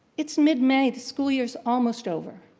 it's mid-may, the school year is almost over.